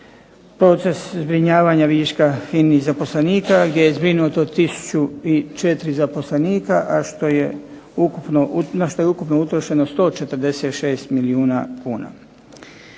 proces zbrinjavanja viška FINA-inih zaposlenika gdje je zbrinuto 1004 zaposlenika, na što je ukupno utrošeno 146 milijuna kuna.